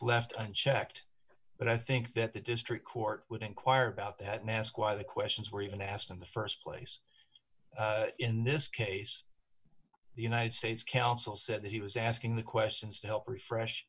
left unchecked but i think that the district court would inquire about that and ask why the questions were even asked in the st place in this case the united states counsel said he was asking the questions to help refresh